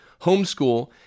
Homeschool